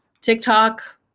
TikTok